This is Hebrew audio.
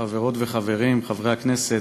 תודה, חברות וחברים, חברי הכנסת,